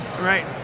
Right